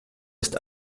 ist